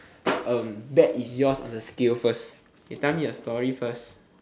uh bad is yours on the scale first you tell me your story first